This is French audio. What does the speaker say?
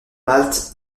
malte